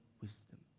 wisdom